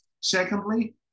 Secondly